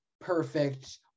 perfect